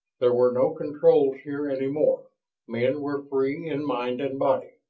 there were no controls here any more men were free in mind and body.